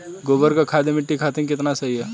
गोबर क खाद्य मट्टी खातिन कितना सही ह?